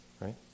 Right